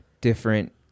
different